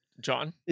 John